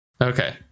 Okay